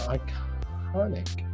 iconic